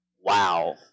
Wow